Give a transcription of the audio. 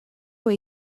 way